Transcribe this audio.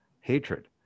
hatred